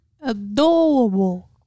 Adorable